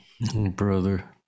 Brother